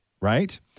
right